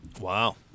Wow